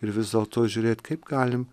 ir vis dėlto žiūrėt kaip galim